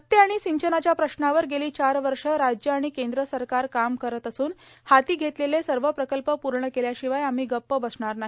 रस्ते आणि सिंचनाच्या प्रश्नावर गेली चार वर्षे राज्य आणि केंद्र सरकार काम करत असून हाती घेतलेले सर्व प्रकल्प पूर्ण केल्याशिवाय आम्ही गप्प बसणार नाही